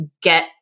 get